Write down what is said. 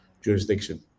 jurisdiction